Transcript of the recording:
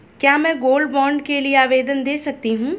क्या मैं gold bond के लिए आवेदन दे सकती हूँ?